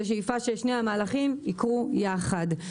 בשאיפה ששני המהלכים יקרו יחד.